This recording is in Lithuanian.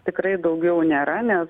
tikrai daugiau nėra nes